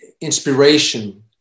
inspiration